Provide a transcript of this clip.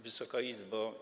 Wysoka Izbo!